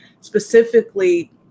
specifically